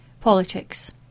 Politics